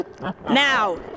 Now